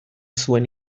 zuen